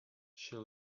she